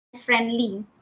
friendly